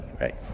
right